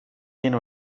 tiene